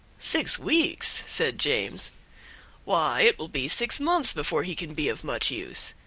six weeks! said james why, it will be six months before he can be of much use!